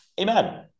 Amen